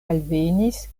alvenis